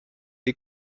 die